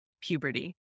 puberty